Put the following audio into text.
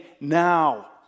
now